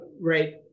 right